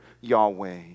Yahweh